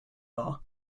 bar